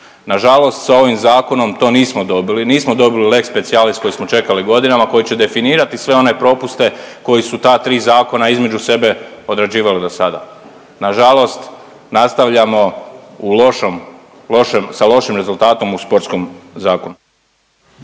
Nažalost, sa ovim zakonom to nismo dobili, nismo dobili lex specialis koji smo čekali godinama koji će definirati sve one propuste koje su ta tri zakona između sebe određivali do sada. Nažalost, nastavljamo sa lošim rezultatom u sportskom zakonu.